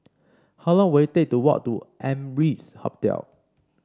how long will it take to walk to Amrise Hotel